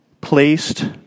placed